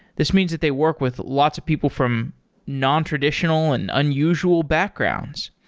this means that they work with lots of people from nontraditional and unusual backgrounds.